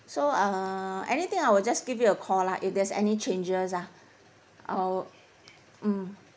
so uh anything I will just give you a call lah if there's any changes ah I will mm